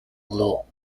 law